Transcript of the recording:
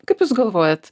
kaip jūs galvojat